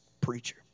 preacher